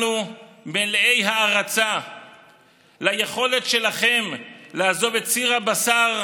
אנחנו מלאי הערצה ליכולת שלכם לעזוב את סיר הבשר,